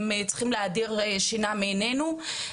הם צריכים להדיר שינה מענינו.